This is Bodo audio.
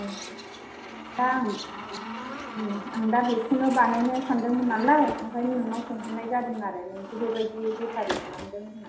दा आं ओं आं दा बेखौनो बानायनो सानदों मोन नालाय ओंखायनो नोंनाव सोंहरनाय जादों आरो नोंखौ बे बायदि बेफारि खालामदों होननानै